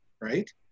right